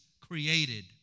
created